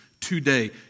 today